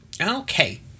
okay